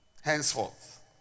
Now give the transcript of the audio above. henceforth